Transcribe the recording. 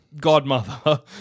godmother